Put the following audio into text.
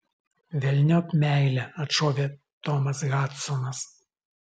velniop meilę atšovė tomas hadsonas